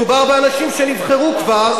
מדובר באנשים שנבחרו כבר,